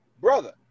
brother